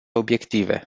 obiective